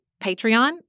Patreon